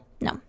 no